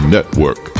Network